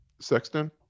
Sexton